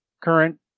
current